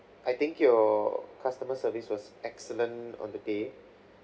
I think your customer service was excellent on that day